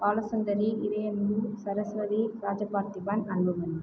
Balasundari Iraiyanbu Saraswathi Rajaparthiban Anbumani